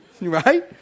right